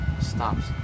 stops